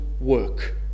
work